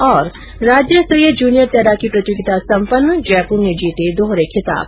्र राज्य स्तरीय जूनियर तैराकी प्रतियोगिता सम्पन्न जयपुर ने जीते दोहरे खिताब